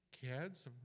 kids